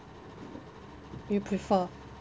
you prefer